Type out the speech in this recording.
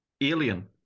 alien